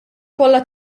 kollha